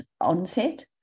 onset